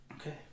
Okay